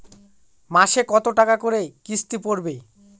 মাসে কত টাকা করে কিস্তি পড়বে?